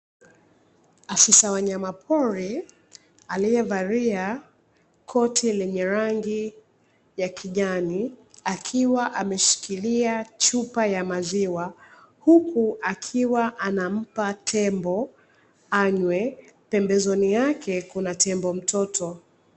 Afisa wanyama poli aliyevalia koti lenye rangi ya kijani akiwa ameishika chupa ya maziwa akimpa tembo anywe. Pembeni yake kuna tembo mtoto.